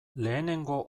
lehenengo